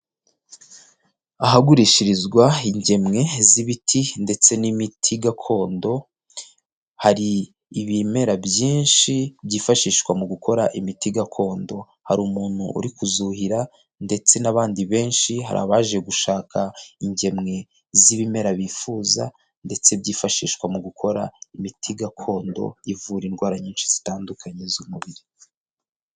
Ahagurishirizwa ingemwe z'ibiti ndetse n'imiti gakondo, hari ibimera byinshi byifashishwa mu gukora imiti gakondo, hari umuntu uri kuzuhira ndetse n'abandi benshi, hari abaje gushaka ingemwe z'ibimera bifuza ndetse byifashishwa mu gukora imiti gakondo ivura indwara nyinshi zitandukanye z'umubiri.